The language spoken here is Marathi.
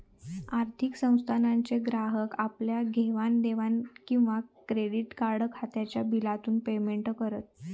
आर्थिक संस्थानांचे ग्राहक आपल्या घेवाण देवाण किंवा क्रेडीट कार्ड खात्याच्या बिलातून पेमेंट करत